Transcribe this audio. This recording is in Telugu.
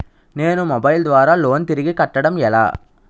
నేను మొబైల్ ద్వారా లోన్ తిరిగి కట్టడం ఎలా?